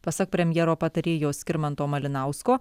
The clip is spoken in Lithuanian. pasak premjero patarėjo skirmanto malinausko